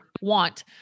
want